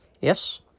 Yes